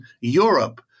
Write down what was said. Europe